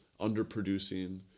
underproducing